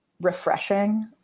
refreshing